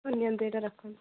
ଏହି ନିଅନ୍ତୁ ଏଇଟା ରଖନ୍ତୁ